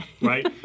Right